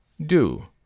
Do